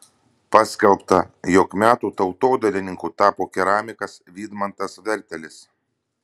paskelbta jog metų tautodailininku tapo keramikas vydmantas vertelis